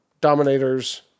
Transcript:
dominators